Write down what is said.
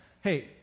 Hey